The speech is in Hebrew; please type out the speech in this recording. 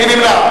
מי נמנע?